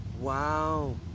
Wow